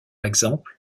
exemple